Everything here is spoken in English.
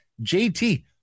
JT